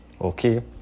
okay